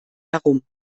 herum